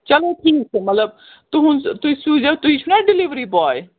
چلو ٹھیٖک چھُ مطلب تُہٕنٛز تُہۍ سوٗززیٚو تُہۍ چھُنا ڈیِلِؤری باے